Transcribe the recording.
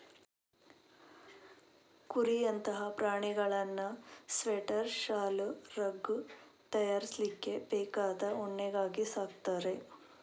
ಕುರಿಯಂತಹ ಪ್ರಾಣಿಗಳನ್ನ ಸ್ವೆಟರ್, ಶಾಲು, ರಗ್ ತಯಾರಿಸ್ಲಿಕ್ಕೆ ಬೇಕಾದ ಉಣ್ಣೆಗಾಗಿ ಸಾಕ್ತಾರೆ